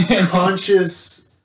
Conscious